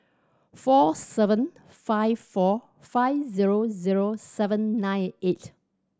four seven five four five zero zero seven nine eight